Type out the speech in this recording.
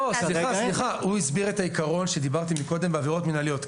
הוא הסביר את העיקרון עליו דיברתי בעבירות מינהליות.